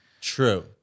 true